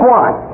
one